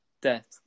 death